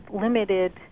limited